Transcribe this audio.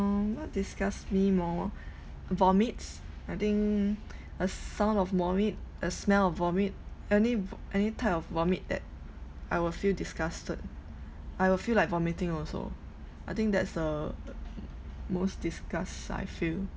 um what disgusts me more vomits I think a sound of vomit the smell of vomit any vo~ any type of vomit that I will feel disgusted I will feel like vomiting also I think that's the most disgust I feel